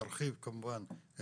נרחיב כמובן,